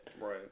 Right